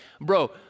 bro